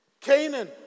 Canaan